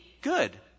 good